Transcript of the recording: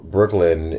Brooklyn